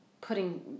putting